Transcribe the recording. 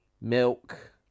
milk